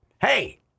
Hey